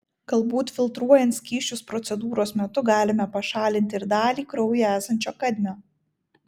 galbūt filtruojant skysčius procedūros metu galime pašalinti ir dalį kraujyje esančio kadmio